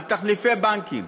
על תחליפי בנקים.